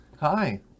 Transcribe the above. Hi